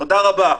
תודה רבה.